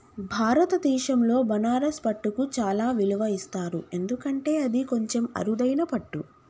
భారతదేశంలో బనారస్ పట్టుకు చాలా విలువ ఇస్తారు ఎందుకంటే అది కొంచెం అరుదైన పట్టు